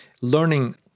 learning